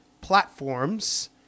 platforms